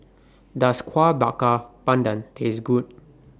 Does Kueh Bakar Pandan Taste Good